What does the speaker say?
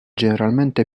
generalmente